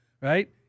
right